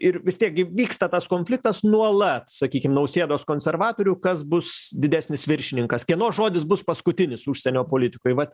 ir vis tiek gi vyksta tas konfliktas nuolat sakykim nausėdos konservatorių kas bus didesnis viršininkas kieno žodis bus paskutinis užsienio politikoj vat